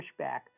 pushback